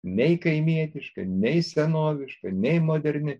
nei kaimietiška nei senoviška nei moderni